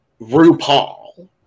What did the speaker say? RuPaul